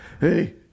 Hey